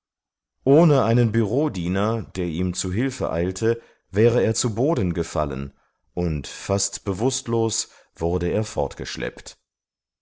ohne einen bürodiener der ihm zu hilfe eilte wäre er zu boden gefallen und fast bewußtlos wurde er